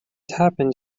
happened